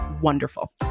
wonderful